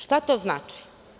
Šta to znači?